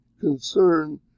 concern